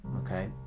okay